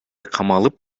камалып